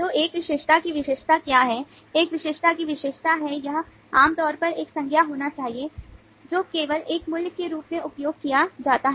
तो एक विशेषता की विशेषता क्या है एक विशेषता की विशेषता है यह आमतौर पर एक संज्ञा होना चाहिए जो केवल एक मूल्य के रूप में उपयोग किया जाता है